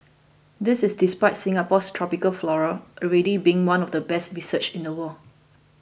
this is despite Singapore's tropical flora already being one of the best researched in the world